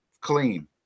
clean